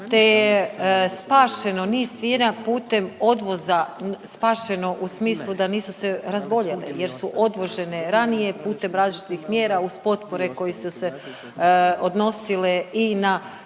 je spašeno niz svinja putem odvoza spašeno u smislu da nisu se razboljele jer su odvožene ranije putem različitih mjera uz potpore koje su se odnosile i na